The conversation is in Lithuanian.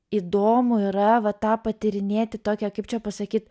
įdomu yra va tą patyrinėti tokią kaip čia pasakyt